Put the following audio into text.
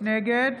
נגד